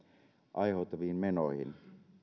aiheutuviin menoihin